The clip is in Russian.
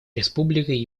республикой